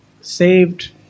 saved